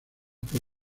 por